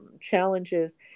challenges